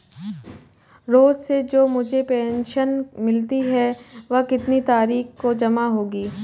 रोज़ से जो मुझे पेंशन मिलती है वह कितनी तारीख को जमा होगी?